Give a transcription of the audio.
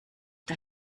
der